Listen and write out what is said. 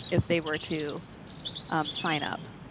if they were to sign up?